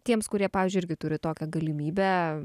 tiems kurie pavyzdžiui irgi turi tokią galimybę